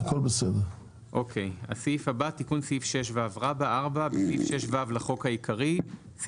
תיקון סעיף 6ו4.בסעיף 6ו לחוק העיקרי,